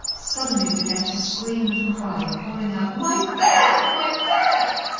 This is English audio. suddenly began to scream and cry, calling out, my back! my back!